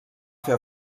fer